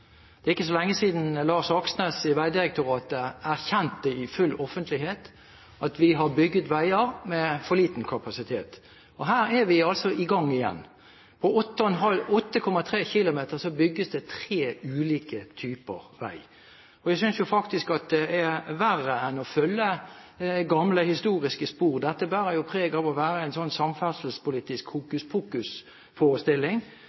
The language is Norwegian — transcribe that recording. Det er ikke så lenge siden Lars Aksnes i Vegdirektoratet erkjente i full offentlighet at vi har bygd veier med for liten kapasitet. Her er vi altså i gang igjen: På 8,3 km bygges det tre ulike typer vei. Jeg synes faktisk at det er verre enn å følge gamle, historiske spor – dette bærer jo preg av å være en sånn samferdselspolitisk